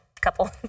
couple